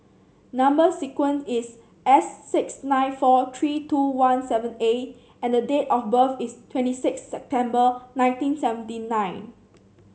number sequence is S six nine four three two one seven A and date of birth is twenty six September nineteen seventy nine